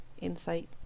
Insight